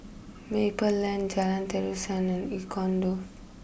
Maple Lane Jalan Terusan and Icon Loft